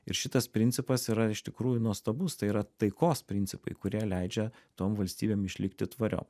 ir šitas principas yra iš tikrųjų nuostabus tai yra taikos principai kurie leidžia tom valstybėm išlikti tvariom